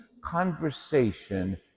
conversation